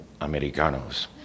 Americanos